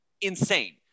Insane